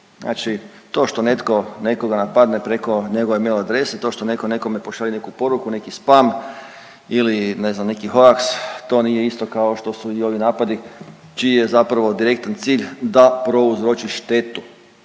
Znači to što netko nekoga napadne preko njegove mail adrese, to što netko nekome pošalje neku poruku, neki spam ili ne znam, neki hvaks to nije isto kao što su i ovi napadi čiji je zapravo direktan cilj da prouzroči štetu.